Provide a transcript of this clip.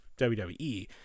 WWE